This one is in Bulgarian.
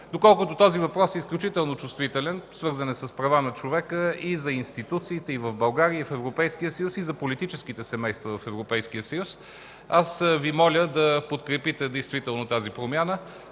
Доколкото този въпрос е изключително чувствителен, свързан е с права на човека и за институциите в България и в Европейския съюз, и за политическите семейства в Европейския съюз аз Ви моля да подкрепите тази промяна,